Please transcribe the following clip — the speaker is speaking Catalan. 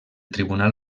tribunal